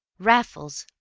raffles,